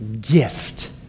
gift